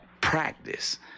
practice